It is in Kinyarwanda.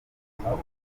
kurwanya